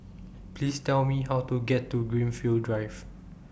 Please Tell Me How to get to Greenfield Drive